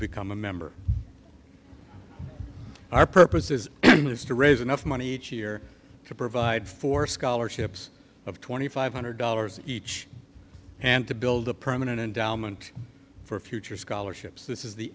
become a member our purpose is to raise enough money each year to provide for scholarships of twenty five hundred dollars each and to build a permanent endowment for future scholarships this is the